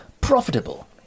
profitable